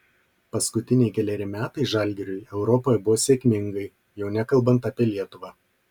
paskutiniai keleri metai žalgiriui europoje buvo sėkmingai jau nekalbant apie lietuvą